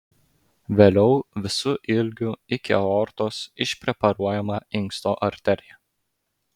vėliau visu ilgiu iki aortos išpreparuojama inksto arterija